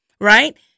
right